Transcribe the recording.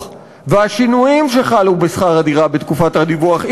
והשינויים שחלו בשכר הדירה בתקופת הדיווח,